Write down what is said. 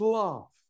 love